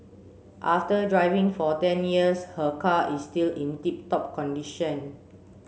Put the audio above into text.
after driving for ten years her car is still in tip top condition